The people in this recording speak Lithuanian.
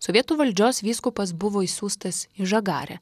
sovietų valdžios vyskupas buvo išsiųstas į žagarę